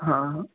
हां ह